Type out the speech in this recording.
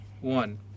one